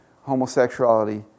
homosexuality